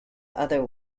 other